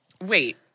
Wait